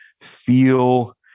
feel